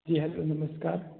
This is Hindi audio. जी हैलो नमस्कार